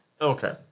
Okay